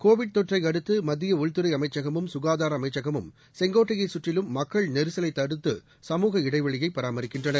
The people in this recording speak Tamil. கோவிட் தொற்றையடுத்துமத்தியஉள்துறைஅமைச்சகமும் சுகாதாரஅமைச்சகமும் செங்கோட்டையைச் சுற்றிலும் மக்கள் நெரிசலைத் தடுத்துசமுகஇடைவெளியைபராமரிக்கின்றனர்